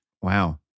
Wow